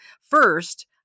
first